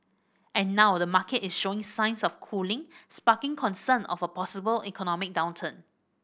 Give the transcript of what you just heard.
and now the market is showing signs of cooling sparking concern of a possible economic downturn